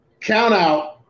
countout